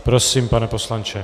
Prosím, pane poslanče.